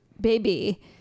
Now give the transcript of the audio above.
baby